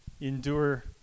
endure